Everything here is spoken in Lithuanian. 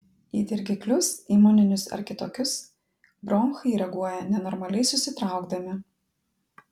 į dirgiklius imuninius ar kitokius bronchai reaguoja nenormaliai susitraukdami